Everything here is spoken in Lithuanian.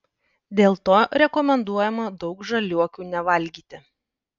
dėl to rekomenduojama daug žaliuokių nevalgyti